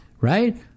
right